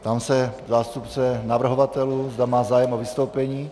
Ptám se zástupce navrhovatelů, zda má zájem o vystoupení.